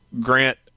grant